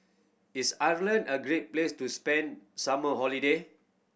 is Ireland a great place to spend summer holiday